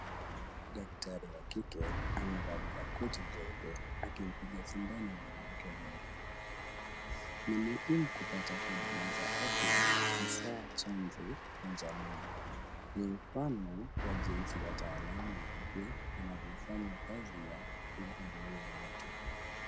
Daktari wa kike amevalia koti jeupe akimpiga sindano mwanamke mwengine. Ni muhimu kupata huduma za afya hasa chanjo kwa jamii. Ni mfano wa jinsi wataalamu wa afya wanavyofanya kazi ya kuwahudumia watu